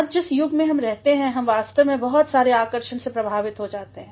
आज जिस युग में हम रहते हैं हम वास्तव में बहुत सारे आकर्षण से प्रभावित हो जाते हैं